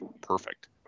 perfect